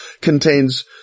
contains